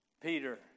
Peter